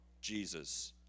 Jesus